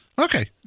Okay